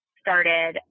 started